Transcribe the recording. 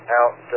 out